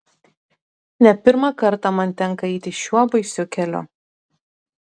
ne pirmą kartą man tenka eiti šiuo baisiu keliu